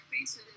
faces